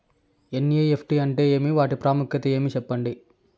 NEFT అంటే ఏమి వాటి ప్రాముఖ్యత ఏమి? సెప్పండి?